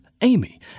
amy